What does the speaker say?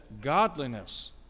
Godliness